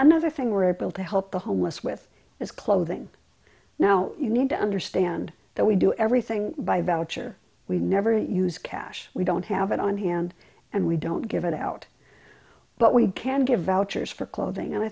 another thing we're able to help the homeless with is clothing now you need to understand that we do everything by belcher we never use cash we don't have it on hand and we don't give it out but we can give vouchers for clothing and i